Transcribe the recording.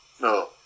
no